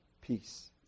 peace